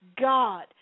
God